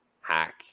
hack